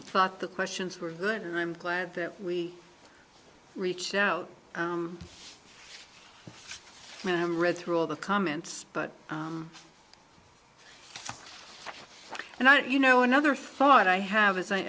thought the questions were good and i'm glad that we reached out ma'am read through all the comments but and i don't you know another thought i have is i